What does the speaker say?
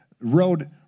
road